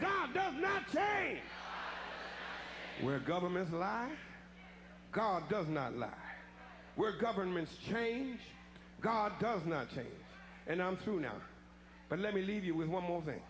not where governments lie god does not like we're governments change god does not change and i'm through now but let me leave you with one mo